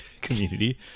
community